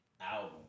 album